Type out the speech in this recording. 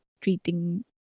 treating